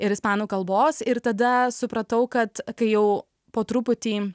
ir ispanų kalbos ir tada supratau kad kai jau po truputį